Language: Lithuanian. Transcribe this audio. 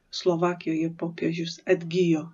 slovakijoje popiežius atgijo